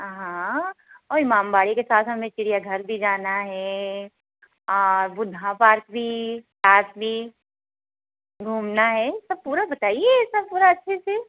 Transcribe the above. हाँ औ इमामबाड़े के साथ हमें चिड़ियाघर भी जाना है और बुद्धा पार्क भी पाक भी घूमना है सब पूरा बताइए सब पूरा अच्छे से